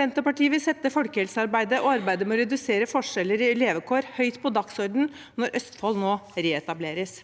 Senterpartiet vil sette folkehelsearbeidet og arbeidet med å redusere forskjeller i levekår høyt på dagsordenen når Østfold nå reetableres.